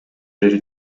бери